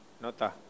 nota